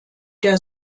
der